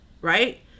right